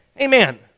Amen